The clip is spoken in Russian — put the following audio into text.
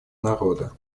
народа